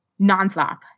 nonstop